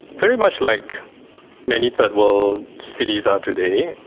very much like many third world cities are today,